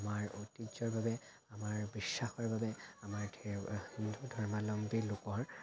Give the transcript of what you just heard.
আমাৰ ঐতিহ্য়ৰ বাবে আমাৰ বিশ্বাসৰ বাবে আমাৰ ধেৰ হিন্দু ধৰ্মাৱলম্বী লোকৰ